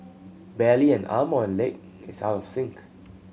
barely an arm or leg is out of sync